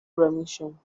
remission